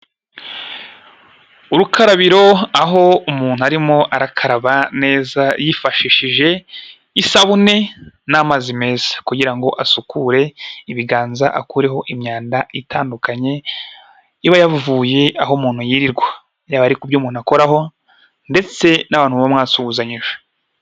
Urukarabiro aho umuntu arimo arakaraba neza yifashishije isabune n'amazi meza, kugira ngo asukure ibiganza akureho imyanda itandukanye, iba yavuye aho umuntu yirirwa. Yaba ari ku byo umuntu akoraho ndetse n'abantu bo mwasuhuzanyije.